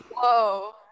Whoa